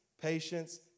patience